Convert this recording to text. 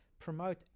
promote